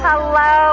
Hello